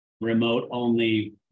remote-only